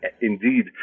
indeed